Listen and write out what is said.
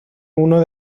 uno